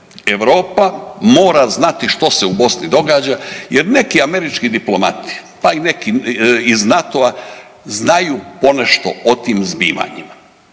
Europa mora znati što se u Bosni događa jer neki američki diplomati, pa i neki iz NATO-a znaju ponešto o tim zbivanjima.